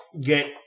get